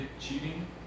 cheating